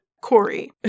Corey